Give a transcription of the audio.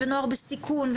ונוער בסיכון,